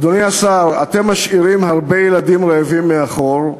אדוני השר, אתם משאירים הרבה ילדים רעבים מאחור.